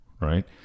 right